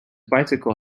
bicycle